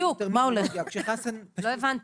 לא הבנתי.